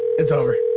it's over.